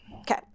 Okay